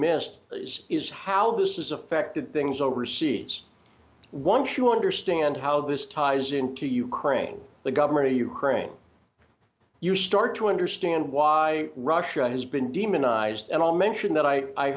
missed is is how this has affected things overseas once you understand how this ties into ukraine the government of ukraine you start to understand why russia has been demonized and i'll mention that i